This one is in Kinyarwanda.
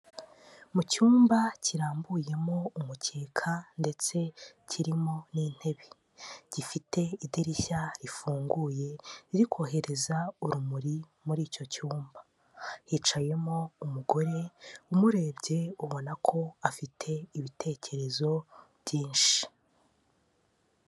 Mu cyumba kirambuyemo umukeka ndetse kirimo n'intebe. Gifite idirishya rifunguye riri kohereza urumuri muri icyo cyumba. Hicayemo umugore, umurebye ubona ko afite ibitekerezo byinshi.